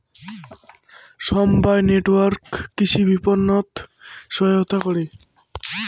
সমবায় নেটওয়ার্ক কৃষি বিপণনত সহায়তা করে